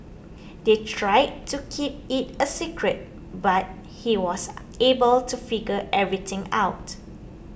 they tried to keep it a secret but he was able to figure everything out